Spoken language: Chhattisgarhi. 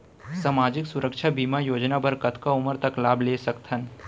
सामाजिक सुरक्षा बीमा योजना बर कतका उमर तक लाभ ले सकथन?